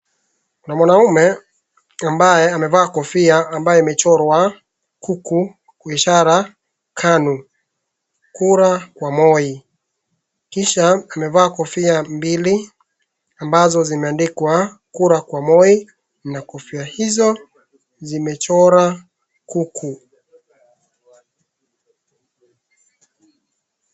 Kuna mwanaume ambaye amevaa kofia ambaye imechorwa kuku, ishara KANU kura kwa Moi kisha amevaa kofia ambazo zimeandikwa kura kwa Moi na kofia hizo zimechorwa kuku.